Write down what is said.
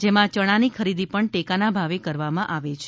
જેમાં ચણાની ખરીદી પણ ટેકાના ભાવે કરવામાં આવે છે